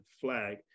flag